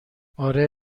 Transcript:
آره